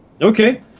Okay